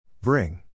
Bring